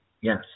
yes